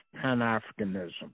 Pan-Africanism